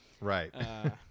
Right